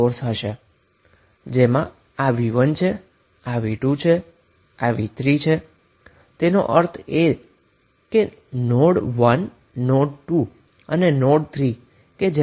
તમારી પાસે આ v1 છે આ v2 છે આ v3 છે તેનો અર્થ એ કે નોડ 1 નોડ 2 અને નોડ 3